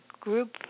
group